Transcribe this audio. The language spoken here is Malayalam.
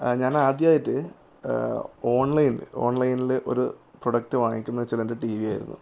ഞാൻ ആദ്യമായിട്ട് ഓൺലൈൻ ഓൺലൈനിൽ ഒരു പ്രോഡക്റ്റ് വാങ്ങിക്കുന്നതെന്ന് വച്ചാൽ എൻ്റെ ടി വി ആയിരുന്നു